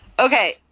okay